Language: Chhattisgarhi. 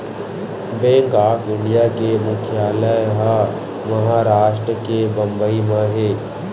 बेंक ऑफ इंडिया के मुख्यालय ह महारास्ट के बंबई म हे